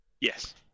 Yes